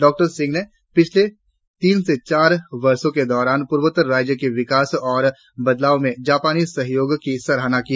doctor Singh ने पिछले तीन से चार वर्षों के दौरान पूर्वोत्तर राज्यों के विकास और बदलाव में जापानी सहयोग की सराहना की